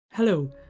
Hello